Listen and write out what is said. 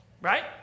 Right